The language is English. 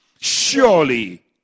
surely